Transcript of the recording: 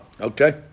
Okay